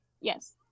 Yes